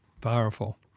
powerful